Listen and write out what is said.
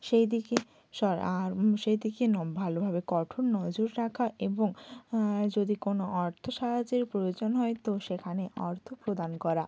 সেই দিকে আর সেই দিকে ভালোভাবে কঠোর নজর রাখা এবং যদি কোনও অর্থ সাহায্যের প্রয়োজন হয় তো সেখানে অর্থ প্রদান করা